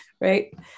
right